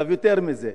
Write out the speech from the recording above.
יותר מזה.